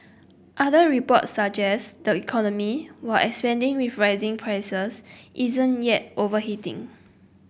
other reports suggest the economy while expanding with rising prices isn't yet overheating